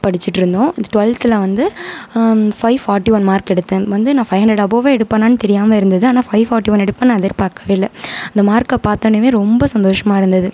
படிச்சுட்ருந்தோம் இந்த டுவெல்த்தில் வந்து ஃபைவ் ஃபாட்டி ஒன் மார்க் எடுத்தேன் வந்து நான் ஃபைவ் ஹண்ட்ரட் அபோவே எடுப்பேனான்னு தெரியாமல் இருந்தது ஆனால் ஃபைவ் ஃபாட்டி ஒன் எடுப்பேன்னு நான் எதிர்பார்க்கவே இல்லை அந்த மார்க்கை பார்த்தோன்னவே ரொம்ப சந்தோஷமாக இருந்தது